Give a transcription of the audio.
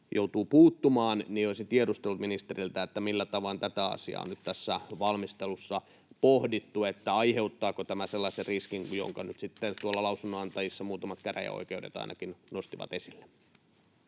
joutuu puuttumaan, niin olisin tiedustellut ministeriltä, millä tavoin tätä asiaa on nyt tässä valmistelussa pohdittu. Aiheuttaako tämä sellaisen riskin, jonka nyt tuolla lausunnonantajissa muutamat käräjäoikeudet ainakin nostivat esille?